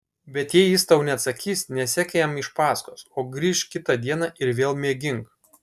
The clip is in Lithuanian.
bet jei jis tau neatsakys nesek jam iš paskos o grįžk kitą dieną ir vėl mėgink